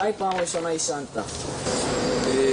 תודה.